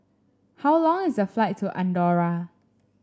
how long is the flight to Andorra